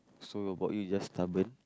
so about you you're just stubborn